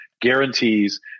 guarantees